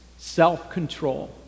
self-control